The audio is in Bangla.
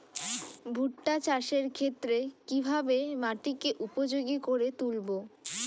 ভুট্টা চাষের ক্ষেত্রে কিভাবে মাটিকে উপযোগী করে তুলবো?